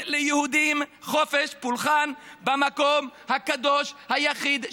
ליהודים חופש פולחן במקום הקדוש היחיד שלהם.